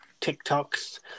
TikToks